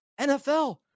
NFL